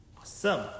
Awesome